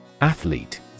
Athlete